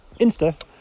Insta